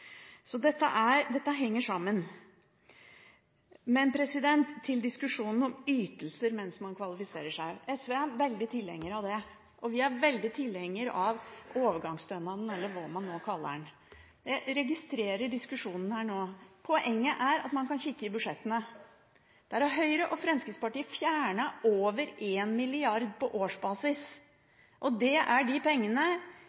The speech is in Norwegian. Så til diskusjonen om ytelser mens man kvalifiserer seg. SV er veldig tilhenger av det, og vi er veldig tilhenger av overgangsstønaden – eller hva man nå kaller den. Jeg registrerer diskusjonen her nå. Poenget er at man kan kikke i budsjettene. Der har Høyre og Fremskrittspartiet fjernet over 1 mrd. kr på årsbasis, og det er de pengene familiene som har to og en